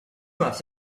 months